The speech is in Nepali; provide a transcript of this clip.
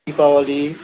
दिपावली